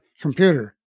computer